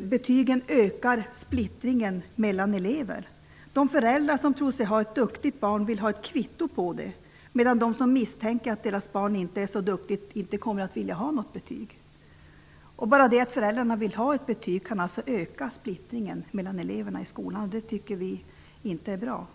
betygen ökar splittringen mellan elever. De föräldrar som tror sig ha ett duktigt barn vill ha ett kvitto på det, medan de som misstänker att deras barn inte är så duktigt inte kommer att vilja ha något betyg. Bara det att föräldrar vill ha ett betyg kan alltså öka splittringen mellan eleverna i skolan. Det tycker vi inte är bra.